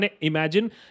Imagine